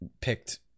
picked